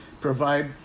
provide